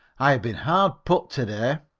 i have been hard put to-day.